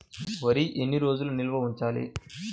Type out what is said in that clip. వరి ఎన్ని రోజులు నిల్వ ఉంచాలి?